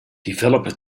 developer